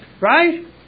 Right